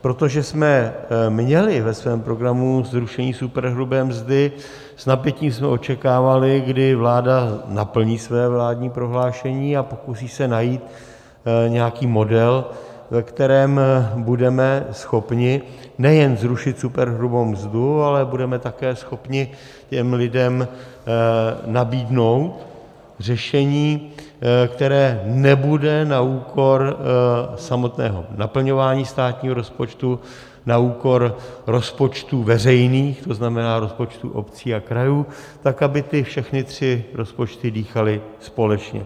Protože jsme měli ve svém programu zrušení superhrubé mzdy, s napětím jsme očekávali, kdy vláda naplní své vládní prohlášení a pokusí se najít nějaký model, ve kterém budeme schopni nejenom zrušit superhrubou mzdu, ale budeme také schopni těm lidem nabídnout řešení, které nebude na úkor samotného naplňování státního rozpočtu, na úkor rozpočtů veřejných, to znamená rozpočtů obcí a krajů, tak aby ty všechny tři rozpočty dýchaly společně.